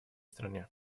стране